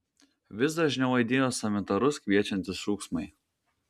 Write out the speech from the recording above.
vis dažniau aidėjo sanitarus kviečiantys šūksmai